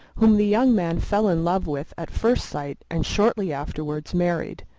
whom the young man fell in love with at first sight and shortly afterwards married.